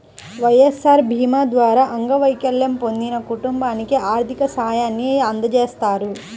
వైఎస్ఆర్ భీమా ద్వారా అంగవైకల్యం పొందిన కుటుంబానికి ఆర్థిక సాయాన్ని అందజేస్తారు